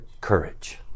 Courage